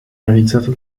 realizzata